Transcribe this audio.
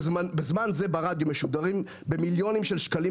בזמן זה ברדיו משודרים במיליוני שקלים